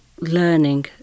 learning